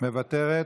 מוותרת.